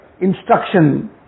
instruction